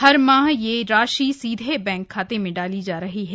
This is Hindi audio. हर माह यह राशि सीधे बैंक खाते में डाली जा रही है